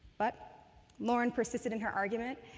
but lauren persisted in her argument,